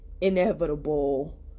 inevitable